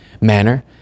manner